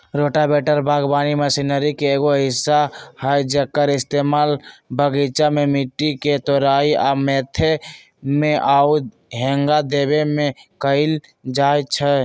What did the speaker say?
rotavator बगवानी machinery के एगो हिस्सा हई जेक्कर इस्तेमाल बगीचा में मिट्टी के तोराई आ मथे में आउ हेंगा देबे में कएल जाई छई